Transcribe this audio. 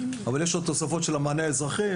אבל יש עוד תוספות של המענה האזרחי.